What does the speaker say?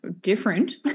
different